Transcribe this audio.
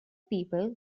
people